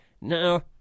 No